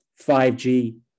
5g